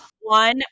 one